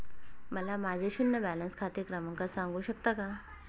मला माझे शून्य बॅलन्स खाते क्रमांक सांगू शकता का?